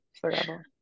forever